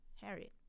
Harriet